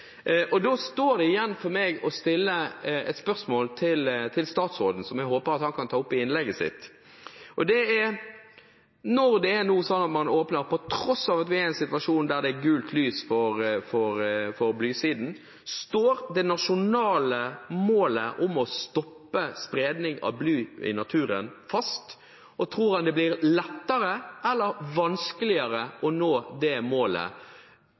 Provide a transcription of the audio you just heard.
Da står det igjen for meg å stille et spørsmål til statsråden, som jeg håper han kan ta opp i innlegget sitt, og det er: Når det nå er sånn at på tross av at vi er i en situasjon der det er gult lys for blysiden – står det nasjonale målet om å stoppe spredning av bly i naturen fast? Og tror han det blir lettere eller vanskeligere å nå det målet